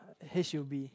H U B